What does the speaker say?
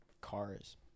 Cars